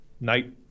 night